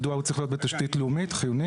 מדוע הוא צריך להיות בתשתית לאומית חיונית?